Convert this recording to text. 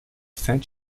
saint